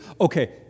okay